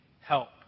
help